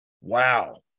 Wow